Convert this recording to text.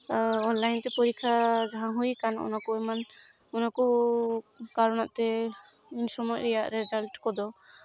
online ᱛᱮ ᱡᱟᱦᱟᱸ ᱠᱚ ᱯᱚᱨᱤᱠᱠᱷᱟ ᱦᱩᱭ ᱟᱠᱟᱱ ᱚᱱᱟ ᱠᱚ ᱮᱢᱟᱱ ᱚᱱᱟ ᱠᱚ ᱠᱟᱨᱚᱱᱚᱜ ᱛᱮ ᱩᱱ ᱥᱚᱢᱚᱭ ᱨᱮᱭᱟᱜ ᱨᱮᱡᱟᱞᱴ ᱠᱚᱫᱚ